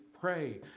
pray